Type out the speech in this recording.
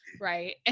right